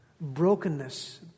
brokenness